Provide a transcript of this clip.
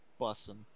Bussin